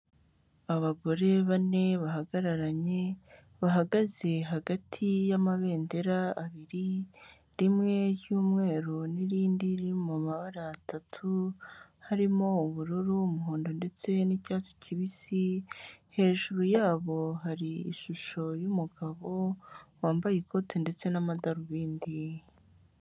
Abagore bane bahagararanye bahagaze hagati y'amabendera abiri rimwe y'umweru n'irindi riri mu mabara atatu, harimo ubururu ,umuhondo ndetse n'icyatsi kibisi hejuru yabo hari ishusho y'umugabo wambaye ikote ndetse n'amadarubindi.